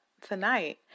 Tonight